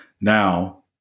Now